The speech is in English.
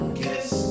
kiss